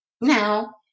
Now